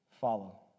follow